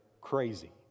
crazy